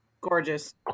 Gorgeous